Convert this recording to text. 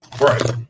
right